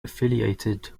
affiliated